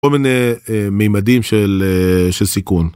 כל מיני מימדים של סיכון.